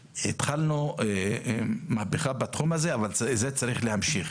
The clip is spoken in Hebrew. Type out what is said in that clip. התחלנו מהפכה בתחום הזה, אבל זה צריך להימשך.